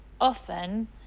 often